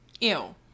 ew